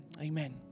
Amen